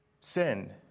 sin